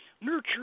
Nurture